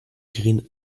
green